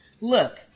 look